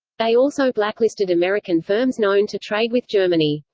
they also blacklisted american firms known to trade with germany.